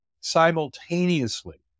simultaneously